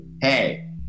Hey